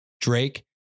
Drake